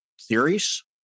theories